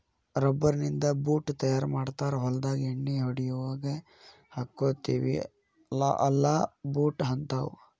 rubber ನಿಂದ boot ತಯಾರ ಮಾಡ್ತಾರ ಹೊಲದಾಗ ಎಣ್ಣಿ ಹೊಡಿಯುವಾಗ ಹಾಕ್ಕೊತೆವಿ ಅಲಾ ಬೂಟ ಹಂತಾವ